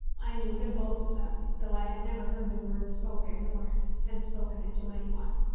i knew it of both of them, though i had never heard the word spoken, or had spoken it to any one.